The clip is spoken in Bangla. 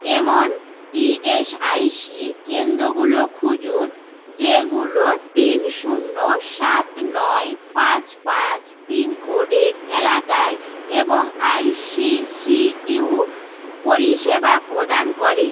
এমন ই এস আই সি কেন্দ্রগুলো খুঁজুন যেগুলো তিন শূন্য সাত নয় পাঁচ পাঁচ পিনকোডের এলাকায় এবং আই সি সি ইউ পরিষেবা প্রদান করে